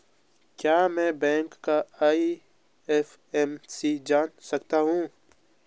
क्या मैं बैंक का आई.एफ.एम.सी जान सकता हूँ?